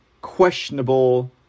questionable